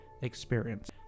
experience